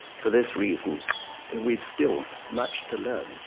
for this reason we've still much to learn.